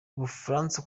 bufaransa